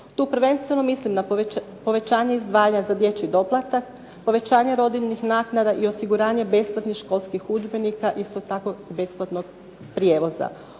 Tu prvenstveno mislim na povećanje izdvajanja za dječji doplatak, povećanje rodiljnih naknada i osiguranja besplatnih školskih udžbenika, isto tako besplatnog prijevoza.